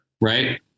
right